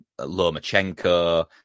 Lomachenko